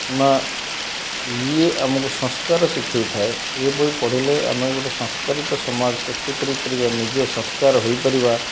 ନା ଇଏ ଆମକୁ ସଂସ୍କାର ଶିଖାଇଥାଏ ଏ ବହି ପଢ଼ିଲେ ଆମେ ଗୋଟେ ସଂସ୍କାରିତ ସମାଜ ସୃଷ୍ଟି କରିପାରିବା ନିଜେ ସଂସ୍କାର ହୋଇପାରିବା